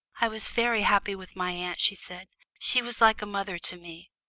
i was very happy with my aunt, she said she was like a mother to me.